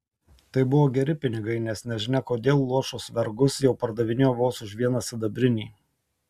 tai buvo geri pinigai nes nežinia kodėl luošus vergus jau pardavinėjo vos už vieną sidabrinį